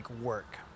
work